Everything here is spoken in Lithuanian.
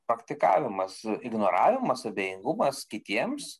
praktikavimas ignoravimas abejingumas kitiems